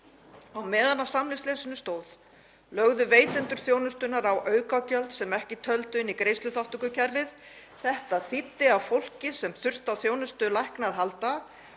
Á meðan samningsleysinu stóð lögðu veitendur þjónustunnar á aukagjöld sem ekki töldu inn í greiðsluþátttökukerfið. Þetta þýddi að fólkið sem þurfti á þjónustu lækna að halda